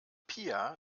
pia